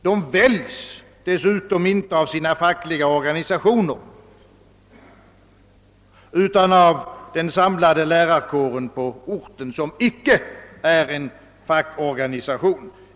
De väljs dessutom inte av sina fackliga organisationer utan av den samlade lärarkåren på orten, som icke är en fackorganisation.